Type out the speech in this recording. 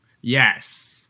Yes